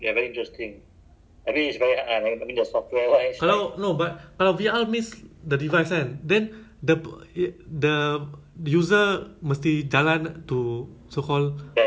our our house all small [what] america everything is so big kan I mean america everything you see dia punya rumah besar-besar or I think european some also the house big kan